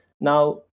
Now